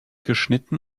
geschnitten